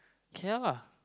Kill lah